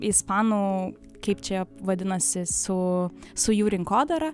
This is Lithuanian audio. ispanų kaip čia vadinasi su su jų rinkodara